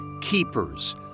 Keepers